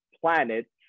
planets